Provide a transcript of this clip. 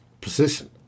position